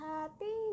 Happy